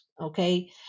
Okay